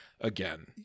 again